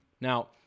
Now